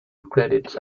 credits